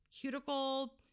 cuticle